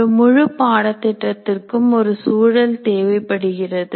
ஒரு முழு பாடத்திட்டத்திற்கும் ஒரு சூழல் தேவைப்படுகிறது